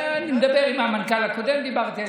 אני מדבר, עם המנכ"ל הקודם דיברתי.